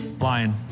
Lion